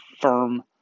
firm